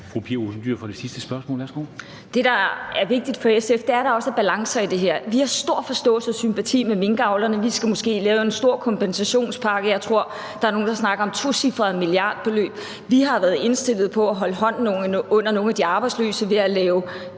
Fru Pia Olsen Dyhr for det sidste spørgsmål. Værsgo. Kl. 13:59 Pia Olsen Dyhr (SF): Det, der er vigtigt for SF, er, at der også er balancer i det her. Vi har stor forståelse for og sympati med minkavlerne. Vi skal måske lave en stor kompensationspakke. Jeg tror, der er nogen, der snakker om tocifrede milliardbeløb. Vi har været indstillet på at holde hånden under nogle af de arbejdsløse ved at lave